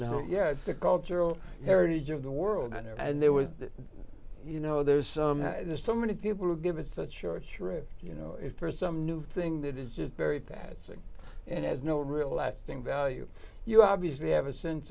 know yeah the cultural heritage of the world and there was you know there's some there's so many people to give it's not sure it's true you know if there's some new thing that is just very bad thing and has no real lasting value you obviously have a sense